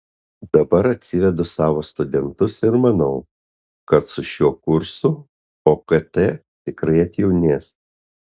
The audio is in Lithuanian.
dabar atsivedu savo studentus ir manau kad su šiuo kursu okt tikrai atjaunės